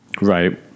Right